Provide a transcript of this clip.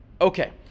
Okay